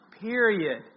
Period